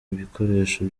ibikoresho